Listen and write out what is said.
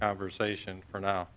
conversation for now